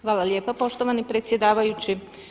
Hvala lijepa poštovani predsjedavajući.